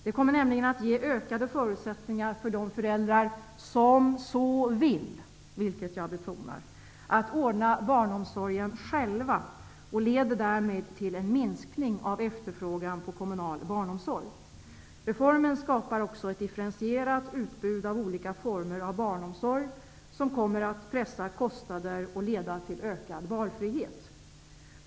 Det kommer nämligen att ge ökade förutsättningar för de föräldrar som så vill -- vilket jag betonar -- att ordna barnomsorgen själva och leder därmed till en minskning av efterfrågan på kommunal barnomsorg. Reformen skapar också ett differentierat utbud av olika former av barnomsorg som kommer att pressa kostnader och leda till ökad valfrihet.